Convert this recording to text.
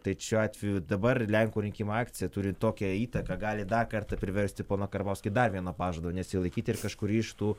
tai šiuo atveju dabar lenkų rinkimų akcija turi tokią įtaką gali dar kartą priversti poną karbauskį dar vieno pažado nesilaikyti ir kažkurį iš tų